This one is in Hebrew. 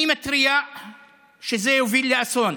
אני מתריע שזה יוביל לאסון.